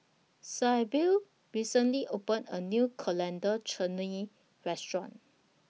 Sybil recently opened A New Coriander Chutney Restaurant